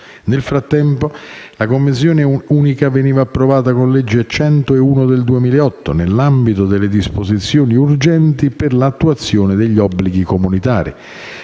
Nel frattempo, la convenzione unica veniva approvata con legge n. 101 del 2008 nell'ambito delle «disposizioni urgenti per l'attuazione di obblighi comunitari».